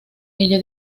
ella